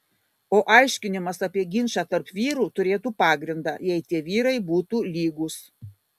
o aiškinimas apie ginčą tarp vyrų turėtų pagrindą jei tie vyrai būtų lygūs